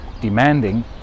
demanding